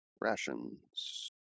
rations